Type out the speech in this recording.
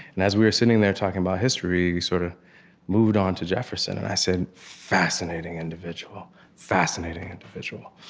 and as we were sitting there talking about history, we sort of moved on to jefferson, and i said, fascinating individual. fascinating individual.